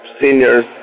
seniors